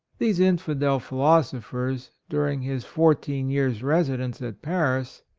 these infi del philosophers, during his four teen years' residence at paris,